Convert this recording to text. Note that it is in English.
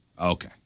Okay